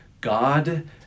God